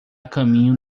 caminho